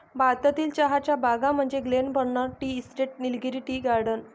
भारतातील चहाच्या बागा म्हणजे Glenburn tea estate, Nilgiri tea garden